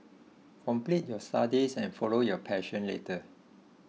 complete your studies and follow your passion later